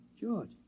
George